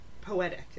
poetic